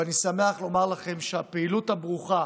ואני שמח לומר לכם שהפעילות הברוכה